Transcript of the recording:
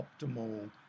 optimal